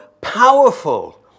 powerful